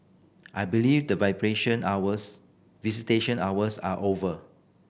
I believe the hours visitation hours are over